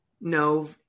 no